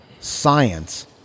Science